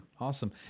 Awesome